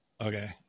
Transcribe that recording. Okay